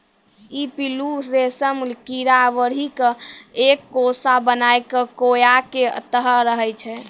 ई पिल्लू रेशम कीड़ा बढ़ी क एक कोसा बनाय कॅ कोया के तरह रहै छै